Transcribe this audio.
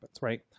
right